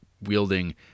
wielding